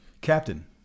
Captain